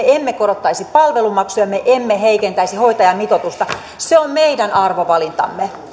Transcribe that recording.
me emme korottaisi palvelumaksuja me emme heikentäisi hoitajamitoitusta se on meidän arvovalintamme